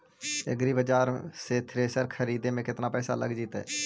एग्रिबाजार से थ्रेसर खरिदे में केतना पैसा लग जितै?